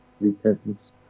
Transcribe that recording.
repentance